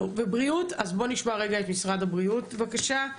בריאות אז בואו נשמע את משרד הבריאות בבקשה.